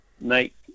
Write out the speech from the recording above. make